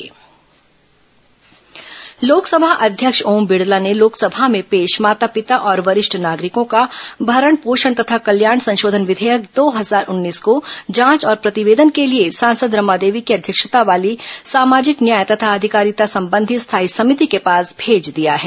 संसद भरण पोषण विघेयक लोकसभा अध्यक्ष ओम बिड़ला ने लोकसभा में पेश माता पिता और वरिष्ठ नागरिकों का भरण पोषण तथा कल्याण संशोधन विधेयक दो हजार उन्नीस को जांच और प्रतिवेदन के लिए सांसद रमा देवी की अध्यक्षता वाली सामाजिक न्याय तथा अधिकारिता संबंधी स्थायी सभिति के पास भेज दिया है